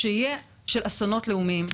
בעניין אסונות לאומיים.